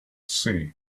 sea